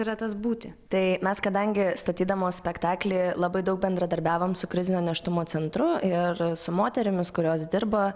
yra tas būti tai mes kadangi statydamos spektaklį labai daug bendradarbiavom su krizinio nėštumo centru ir su moterimis kurios dirba